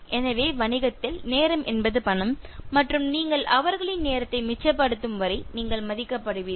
எனவே வணிகத்தில் நேரம் என்பது பணம் மற்றும் நீங்கள் அவர்களின் நேரத்தை மிச்சப்படுத்தும் வரை நீங்கள் மதிக்கப்படுவீர்கள்